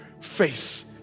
face